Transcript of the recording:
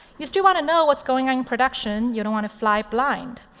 you still want to know what's going on in production. you don't want to fly blind.